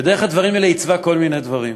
ודרך הדברים האלה עיצבה כל מיני דברים.